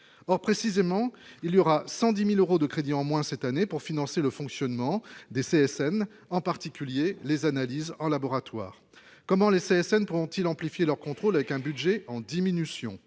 or précisément, il y aura 110000 euros de crédits en moins cette année pour financer le fonctionnement du CSN, en particulier les analyses en laboratoire, comment les CSN pourront-ils amplifier leur contrôle avec un budget en diminution,